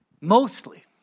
Mostly